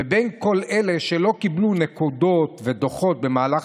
ובין כל אלה שלא קיבלו נקודות ודוחות במהלך